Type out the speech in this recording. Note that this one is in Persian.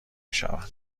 شود